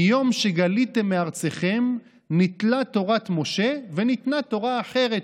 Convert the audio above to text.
מיום שגליתם מארצכם ניטלה תורת משה וניתנה תורה אחרת.